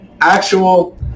actual